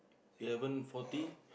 eleven forty